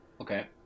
Okay